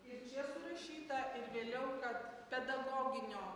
ir čia surašyta ir vėliau kad pedagoginio